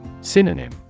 Synonym